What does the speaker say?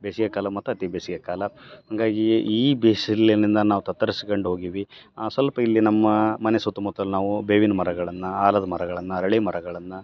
ಬೇಸಿಗೆ ಕಾಲ ಮತ್ತು ಅತಿ ಬೇಸಿಗೆ ಕಾಲ ಹಾಗಾಗಿ ಈ ಬಿಸಿಲಿನಿಂದ ನಾವು ತತ್ತರಿಸ್ಕಂಡು ಹೋಗೀವಿ ಸ್ವಲ್ಪ ಇಲ್ಲಿ ನಮ್ಮ ಮನೆ ಸುತ್ತಮುತ್ತಲೂ ನಾವು ಬೇವಿನ ಮರಗಳನ್ನು ಆಲದ ಮರಗಳನ್ನು ಅರಳಿ ಮರಗಳನ್ನು